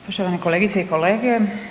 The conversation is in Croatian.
Poštovane kolegice i kolege.